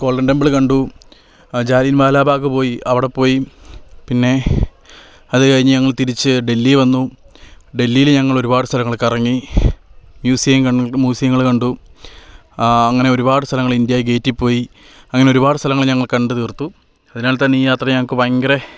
golden temple കണ്ടു ജാലിയൻ വാലാബാഗ് പോയി അവിടെ പോയി പിന്നെ അതുകഴിഞ്ഞ് ഞങ്ങൾ തിരിച്ച് ഡൽഹിയിൽ വന്നു ഡൽഹിയിൽ ഞങ്ങൾ ഒരുപാട് സ്ഥലങ്ങൾ കറങ്ങി മ്യൂസിയം കണ്ടു മ്യൂസിയങ്ങൾ കണ്ടു അങ്ങനെ ഒരുപാട് സ്ഥലങ്ങൾ ഇന്ത്യ ഗേറ്റിൽ പോയി അങ്ങനെ ഒരുപാട് സ്ഥലങ്ങൾ ഞങ്ങൾ കണ്ട് തീർത്തു അതിനാൽ തന്നെ ഈ യാത്ര ഞങ്ങൾക്ക് ഭയങ്കര